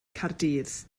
caerdydd